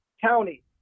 County